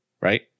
right